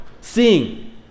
Seeing